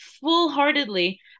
full-heartedly